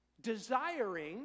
desiring